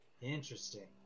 Interesting